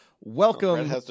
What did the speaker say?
Welcome